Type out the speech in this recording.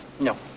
No